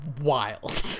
wild